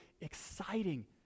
exciting